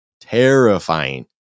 terrifying